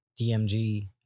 DMG